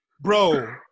Bro